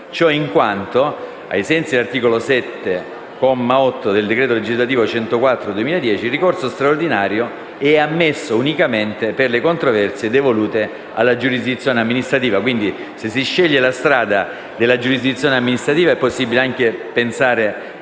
ciò in quanto, ai sensi dell'articolo 7, comma 8, del decreto legislativo n. 104 del 2010, il ricorso straordinario è ammesso unicamente per le controversie devolute alla giurisdizione amministrativa. Se si sceglie la strada della giurisdizione amministrativa è possibile anche pensare